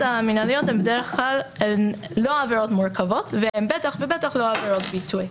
המנהליות הן בדרך כלל לא עבירות מורכבות והן בטח לא עבירות ביטוי.